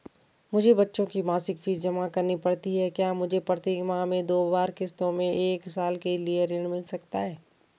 मुझे बच्चों की मासिक फीस जमा करनी पड़ती है क्या मुझे प्रत्येक माह में दो बार किश्तों में एक साल के लिए ऋण मिल सकता है?